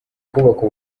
kubaka